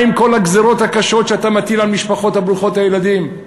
מה עם כל הגזירות הקשות שאתה מטיל על המשפחות ברוכות הילדים?